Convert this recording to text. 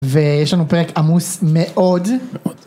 ויש לנו פרק עמוס מאוד.